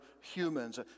humans